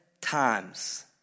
times